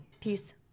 Peace